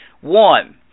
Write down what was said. One